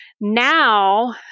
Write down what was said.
now